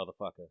motherfucker